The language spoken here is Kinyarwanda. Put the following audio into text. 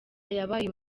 yabaye